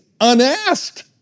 unasked